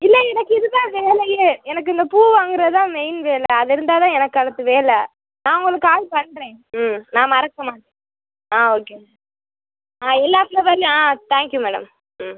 இல்லை எனக்கு இதுதான் வேலையே எனக்கு இந்த பூ வாங்குவதுதான் மெயின் வேலை அது இருந்தால்தான் எனக்கு அடுத்த வேலை நான் உங்களுக்கு கால் பண்ணுறேன் ம் நான் மறக்கமாட்டேன் ஆ ஓகே மேடம் ஆ எல்லா ஃப்ளவர்லையும் ஆ தேங்க்யூ மேடம் ம்